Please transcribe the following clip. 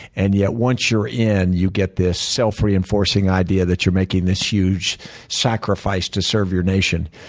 and yet, once you're in, you get this self-reinforcing idea that you're making this huge sacrifice to serve your nation.